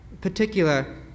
particular